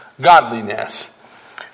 godliness